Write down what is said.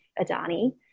Adani